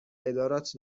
ادارات